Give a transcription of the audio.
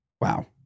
Wow